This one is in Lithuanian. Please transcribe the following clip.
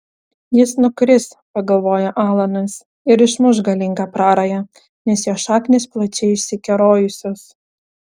jis nukris pagalvojo alanas ir išmuš galingą prarają nes jo šaknys plačiai išsikerojusios